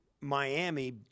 Miami